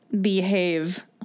behave